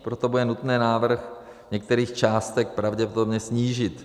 Proto bude nutné návrh v některých částech pravděpodobně snížit.